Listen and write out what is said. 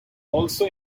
also